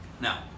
Now